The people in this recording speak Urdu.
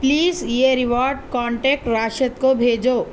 پلیز یہ ریوارڈ کانٹیکٹ راشد کو بھیجو